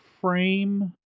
frame